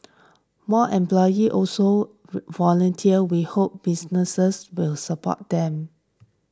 more employees also volunteer we hope businesses will support them